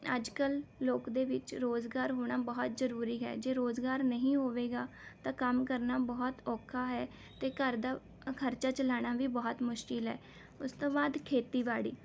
ਅੱਜ ਕੱਲ੍ਹ ਲੋਕ ਦੇ ਵਿੱਚ ਰੁਜ਼ਗਾਰ ਹੋਣਾ ਬਹੁਤ ਜ਼ਰੂਰੀ ਹੈ ਜੇ ਰੁਜ਼ਗਾਰ ਨਹੀਂ ਹੋਵੇਗਾ ਤਾਂ ਕੰਮ ਕਰਨਾ ਬਹੁਤ ਔਖਾ ਹੈ ਅਤੇ ਘਰ ਦਾ ਖਰਚਾ ਚਲਾਉਣਾ ਵੀ ਬਹੁਤ ਮੁਸ਼ਕਿਲ ਹੈ ਉਸ ਤੋਂ ਬਾਅਦ ਖੇਤੀਬਾੜੀ